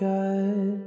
God